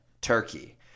turkey